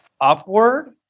upward